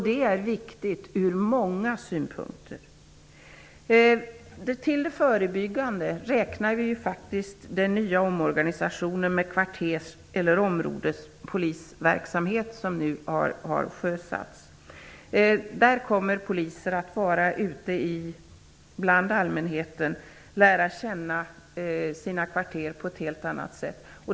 Det är viktigt ur många synvinklar. Till det förebyggande arbetet räknar vi faktiskt den nya omorganisation med kvarters eller områdespolisverksamhet som nu har sjösatts. Poliser kommer i och med detta att vara ute bland allmänheten och lära känna sina kvarter på ett helt annat sätt.